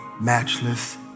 matchless